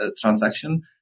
transaction